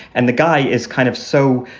and the guy is kind of so,